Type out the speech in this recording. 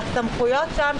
הסמכויות שם,